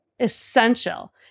essential